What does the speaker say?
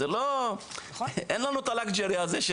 זה לא נושא שסובל